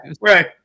Right